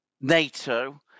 NATO